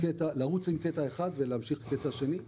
לרוץ עם קטע אחד ולהמשיך עם קטע שני.